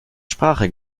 sprache